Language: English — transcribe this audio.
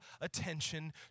attention